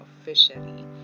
officially